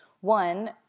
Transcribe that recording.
One